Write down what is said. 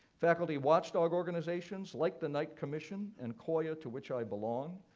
faculty watchdog organizations like the knight commission and coia, to which i belong,